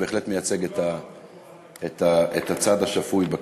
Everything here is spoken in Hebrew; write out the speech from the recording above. הוא בהחלט מייצג את הצד השפוי בכנסת.